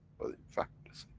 but in fact,